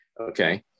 okay